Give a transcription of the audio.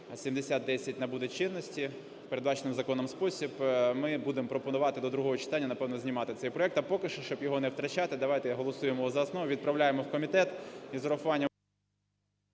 7010 набуде чинності у передбачений законом спосіб, ми будемо пропонувати до другого читання, напевно, знімати цей проект. А поки що, щоб його не втрачати, давайте голосуємо його за основу, відправляємо в комітет